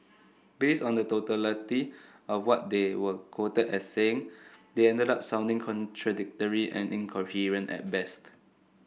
based on the totality of what they were quoted as saying they ended up sounding contradictory and incoherent at best